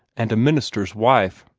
and a minister's wife.